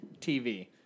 TV